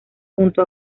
junto